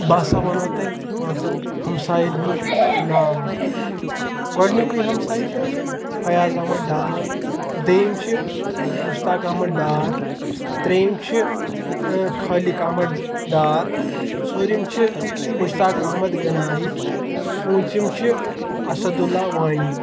بہٕ ہَسا وَنو تۄہہِ پانٛژَن ہمساین ہُنٛد ناو گۄڈنیُکُے ہَمساے چھُ اَسہِ فیاض احمد ڈار دٔیِم چھِ مُشتاق احمد ڈار ترٛیِم چھِ خالق احمد ڈار ژوٗرِم چھِ مُشتاق احمد غنٲیی پوٗنٛژِم چھِ اَسد اللہ وانی